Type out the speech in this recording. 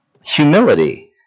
Humility